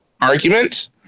argument